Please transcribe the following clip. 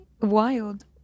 wild